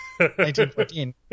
1914